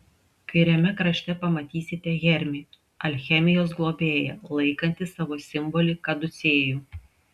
kairiame krašte pamatysite hermį alchemijos globėją laikantį savo simbolį kaducėjų